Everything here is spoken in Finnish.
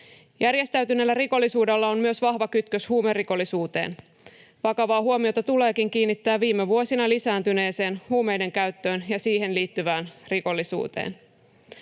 Järjestäytyneellä rikollisuudella on myös vahva kytkös huumerikollisuuteen. Vakavaa huomiota tuleekin kiinnittää viime vuosina lisääntyneeseen huumeidenkäyttöön ja siihen liittyvään rikollisuuteen.